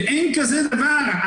ואין כזה דבר.